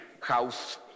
house